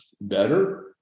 better